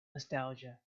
nostalgia